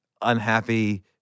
unhappy